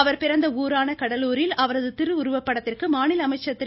அவர் பிறந்த ஊரான கடலூரில் அவரது திருவுருப்படத்திற்கு மாநில அமைச்சர் திரு